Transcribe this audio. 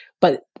But-